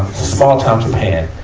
small-town japan.